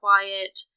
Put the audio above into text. quiet